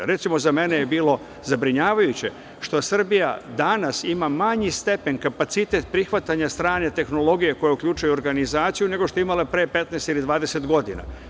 Recimo, za mene je bilo zabrinjavajuće što Srbija danas ima manji stepen, kapacitet prihvatanja strane tehnologije koja uključuje organizaciju nego što je imala pre 15 ili 20 godina.